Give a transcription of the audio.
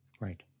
Right